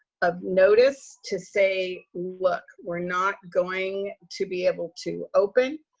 of notice to say, look, we're not going to be able to open.